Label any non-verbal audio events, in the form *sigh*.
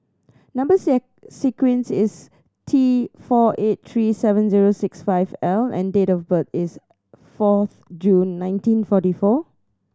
number *unintelligible* sequence is T four eight three seven zero six five L and date of birth is fourth June nineteen forty four